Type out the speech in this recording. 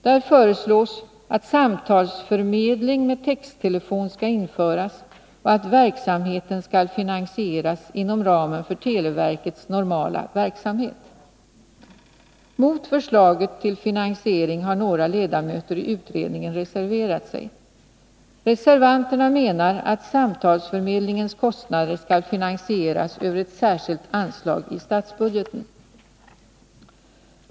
Där föreslås att samtalsförmedling med texttelefon skall införas och att verksamheten skall finansieras inom ramen för televerkets normala verksamhet. Mot förslaget till finansiering har några ledamöter i utredningen reserverat sig. Reservanterna menar att samtalsförmedlingens kostnader skall finansieras över ett särskilt anslag i statsbudgeten.